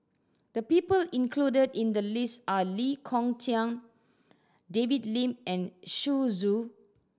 the people included in the list are Lee Kong Chian David Lim and Xu Zhu